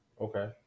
Okay